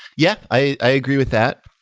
yeah. i agree with that.